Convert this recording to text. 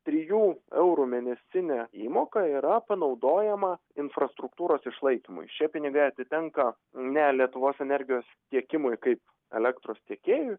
trijų eurų mėnesinė įmoka yra panaudojama infrastruktūros išlaikymui šie pinigai atitenka ne lietuvos energijos tiekimui kaip elektros tiekėjui